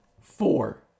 Four